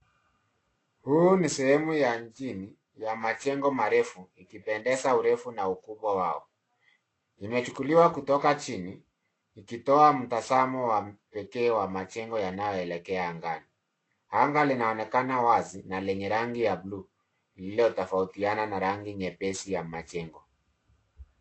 Huu ni sehemu ya mjini ya majengo marefu ikipendeza urefu na ukubwa wao. Imechukuliwa kutoka chini ikitoa mtazamo wa pekee ya majengo yanayoelekea angani. Anga linaonekana wazi na lenye rangi ya buluu, lililotofautiana na rangi nyepesi ya majengo.